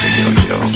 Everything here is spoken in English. yo-yo